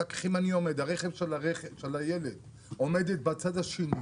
אחר כך אם אני עומד, הרכב של הילד, עומד בצד השני,